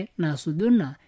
nasuduna